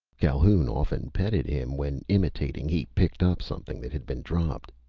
calhoun often petted him when, imitating, he picked up something that had been dropped.